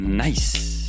Nice